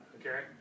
okay